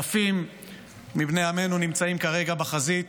אלפים מבני עמנו נמצאים כרגע בחזית,